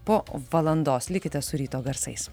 po valandos likite su ryto garsais